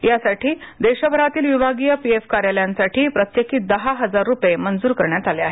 यासाठी देशभरातील विभागीय पीएफकार्यालयांसाठी प्रत्येकी दहा हजार रुपये मंजूर करण्यात आले आहेत